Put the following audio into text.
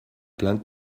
plein